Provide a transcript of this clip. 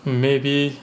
maybe